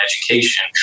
education